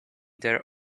there